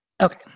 Okay